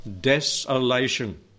Desolation